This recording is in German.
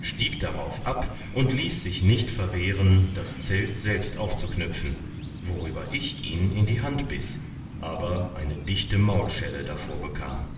stieg darauf ab und ließ sich nicht verwehren das zelt selbst aufzuknüpfen worüber ich ihn in die hand biß aber eine dichte maulschelle davor bekam